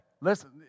Listen